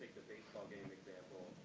baseball game example,